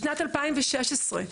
בשנת 2016,